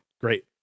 great